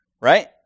Right